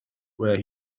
where